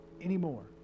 anymore